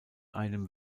einem